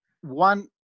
one